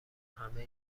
همه